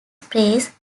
phase